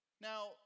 Now